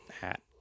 hat